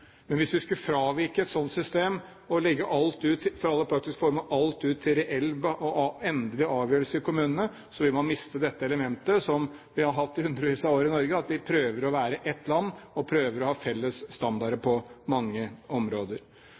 Men hvis vi skulle fravike et sånt system og legge alt ut for alle praktiske formål til reell, endelig avgjørelse i kommunene, ville man miste dette elementet som vi har hatt i hundrevis av år i Norge: at vi prøver å være ett land og prøver å ha felles standarder på mange områder.